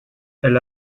elle